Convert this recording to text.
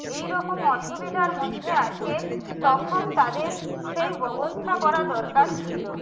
এই রকম অসুবিধার মধ্যে আছে তখন তাদের সেই ব্যবস্থা করা দরকার ছিলো